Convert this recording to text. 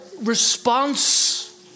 response